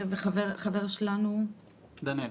דנאל?